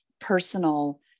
personal